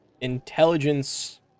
intelligence